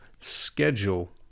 schedule